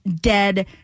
dead